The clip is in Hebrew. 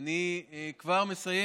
אני כבר מסיים.